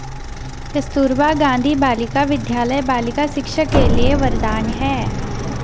कस्तूरबा गांधी बालिका विद्यालय बालिका शिक्षा के लिए वरदान है